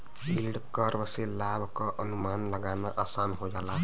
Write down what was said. yield curve से लाभ क अनुमान लगाना आसान हो जाला